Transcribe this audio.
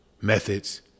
methods